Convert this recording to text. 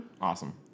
Awesome